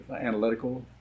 analytical